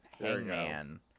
hangman